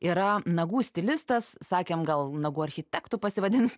yra nagų stilistas sakėm gal nagų architektų pasivadins